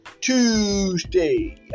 Tuesday